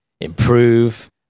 improve